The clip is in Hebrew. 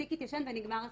התיק התיישן ונגמר הסיפור.